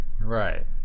Right